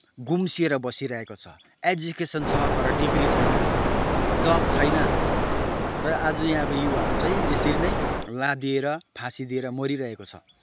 गुम्सिएर बसिरहेको छ एजुकेसन छ तर डिग्री छैन जब छैन र आज यहाँको युवाहरू चाहिँ यसरी नै लादिएर फाँसी दिएर मरिरहेको छ